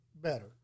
Better